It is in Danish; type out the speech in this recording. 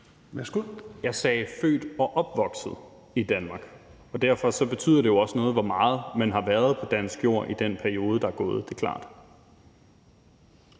Jeg sagde »født og opvokset i Danmark«, og derfor betyder det jo også noget, hvor længe man har været på dansk jord i den periode, der er gået. Det er klart.